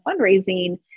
fundraising